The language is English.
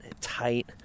tight